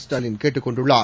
ஸ்டாலின் கேட்டுக் கொண்டுள்ளார்